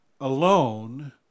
alone